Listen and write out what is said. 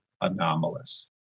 anomalous